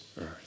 earth